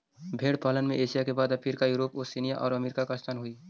भेंड़ पालन में एशिया के बाद अफ्रीका, यूरोप, ओशिनिया और अमेरिका का स्थान हई